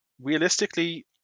realistically